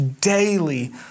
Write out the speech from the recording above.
daily